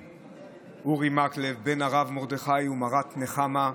אורי מקלב, בן הרב מרדכי ומרת נחמה,